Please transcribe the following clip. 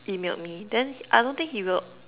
emailed me then I don't think he will